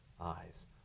eyes